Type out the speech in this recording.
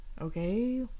Okay